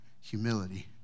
humility